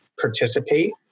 participate